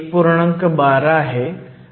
12 आहे